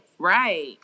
Right